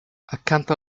accanto